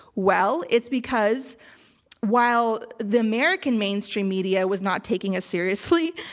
well, it's because while the american mainstream media was not taking us seriously,